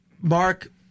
Mark